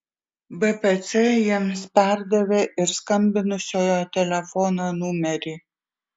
bpc jiems perdavė ir skambinusiojo telefono numerį